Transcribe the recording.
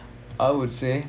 I would say